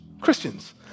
Christians